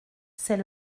c’est